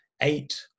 eight